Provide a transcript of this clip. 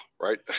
right